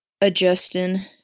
adjusting